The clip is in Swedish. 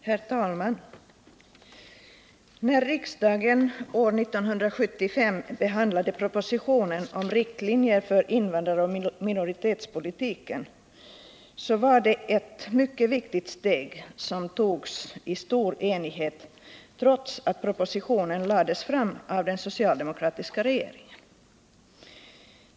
Herr talman! När riksdagen år 1975 antog propositionen om riktlinjer för invandraroch minoritetspolitiken var det ett mycket viktigt steg som togs i stor enighet, trots att propositionen lades fram av den socialdemokratiska regeringen.